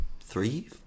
three